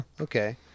Okay